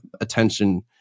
attention